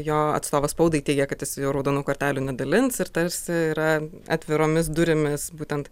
jo atstovas spaudai teigė kad jis jau raudonų kortelių nedalins ir tarsi yra atviromis durimis būtent